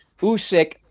Usyk